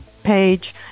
page